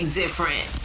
different